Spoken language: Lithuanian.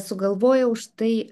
sugalvojau štai